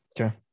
Okay